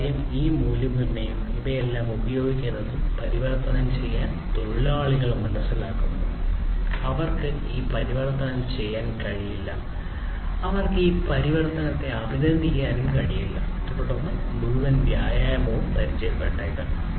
കാരണം ഈ മൂല്യനിർണ്ണയവും ഇവയെല്ലാം ഉപയോഗിക്കുന്നതുവരെ പരിവർത്തനം തൊഴിലാളികൾ മനസ്സിലാക്കുന്നു അവർക്ക് ഈ പരിവർത്തനം ചെയ്യാൻ കഴിയില്ല അവർക്ക് ഈ പരിവർത്തനത്തെ അഭിനന്ദിക്കാൻ കഴിയില്ല അതിനാൽ മുഴുവൻ വ്യായാമവും പരാജയപ്പെട്ടേക്കാം